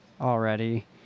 already